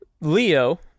Leo